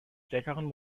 stärkeren